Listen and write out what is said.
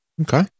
Okay